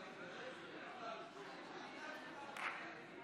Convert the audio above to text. אם כן, אני מקריא את תוצאות ההצבעה על הסתייגות